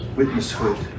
witnesshood